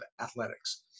athletics